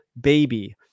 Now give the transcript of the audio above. baby